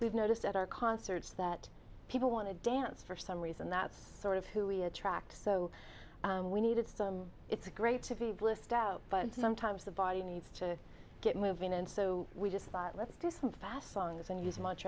we've noticed at our concerts that people want to dance for some reason that's sort of who we attract so we needed some it's great to be blissed out but sometimes the body needs to get moving and so we just thought let's do some fast songs and use much